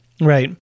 right